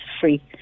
free